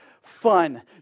fun